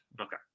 Okay